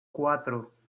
cuatro